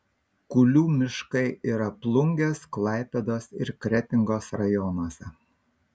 kulių miškai yra plungės klaipėdos ir kretingos rajonuose